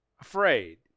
afraid